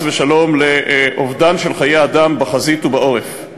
ושלום לאובדן של חיי אדם בחזית ובעורף.